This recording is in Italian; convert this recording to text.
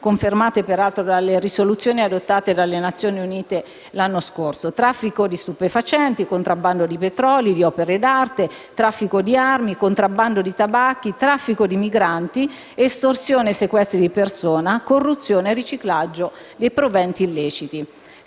confermate dalle risoluzioni adottate dalle Nazioni Unite nel 2015: traffici di stupefacenti, contrabbando di petroli e di opere d'arte, traffici di armi, contrabbando di tabacchi, traffici di migranti, estorsioni e sequestri di persona, corruzione e riciclaggio dei proventi illeciti.